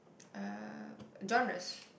uh genres